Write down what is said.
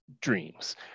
dreams